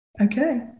Okay